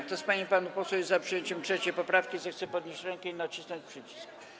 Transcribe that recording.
Kto z pań i panów posłów jest za przyjęciem 3. poprawki, zechce podnieść rękę i nacisnąć przycisk.